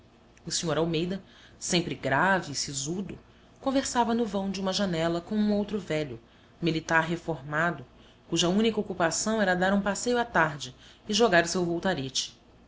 o sr almeida sempre grave e sisudo conversava no vão de uma janela com um outro velho militar reformado cuja única ocupação era dar um passeio à tarde e jogar o seu voltarete